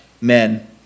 men